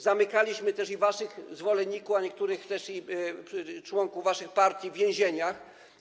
Zamykaliśmy też waszych zwolenników i niektórych członków waszych partii w więzieniach.